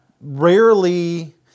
rarely